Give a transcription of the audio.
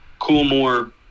Coolmore